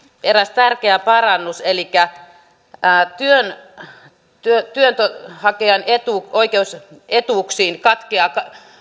eräs tärkeä parannus elikkä työnhakijan oikeus etuuksiin katkeaa